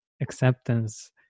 acceptance